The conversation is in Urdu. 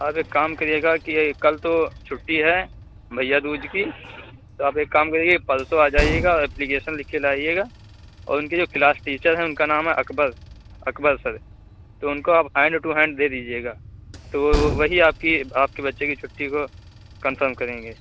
آپ ایک کام کریے گا کہ کل تو چھٹی ہے بھیا دوج کی تو آپ ایک کام کریے پرسو آ جائیے گا اپلیکیشن لکھ کے لائیے گا اور ان کی جو کلاس ٹیچر ہیں ان کا نام ہے اکبر اکبر سر تو ان کو آپ ہینڈ ٹو ہینڈ دے دیجیے گا تو وہ وہی آپ کی آپ کے بچے کی چھٹی کو کنفرم کریں گے